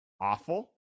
awful